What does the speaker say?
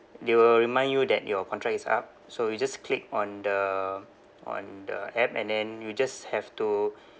they will remind you that your contract is up so you just click on the on the app and then you just have to